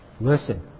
listen